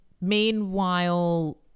Meanwhile